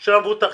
של המבוטחים,